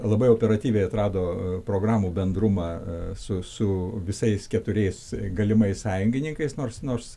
labai operatyviai atrado programų bendrumą su visais keturiais galimais sąjungininkais nors nors